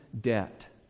debt